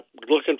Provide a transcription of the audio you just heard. looking